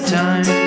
time